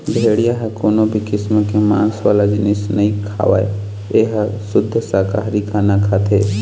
भेड़िया ह कोनो भी किसम के मांस वाला जिनिस नइ खावय ए ह सुद्ध साकाहारी खाना खाथे